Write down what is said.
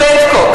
"פטקוק",